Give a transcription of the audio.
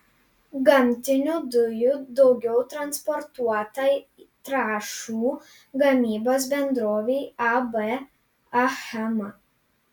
gamtinių dujų daugiau transportuota trąšų gamybos bendrovei ab achema